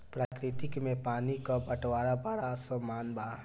प्रकृति में पानी क बंटवारा बड़ा असमान बा